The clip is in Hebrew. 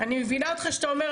אני מבינה אותך שאתה אומר,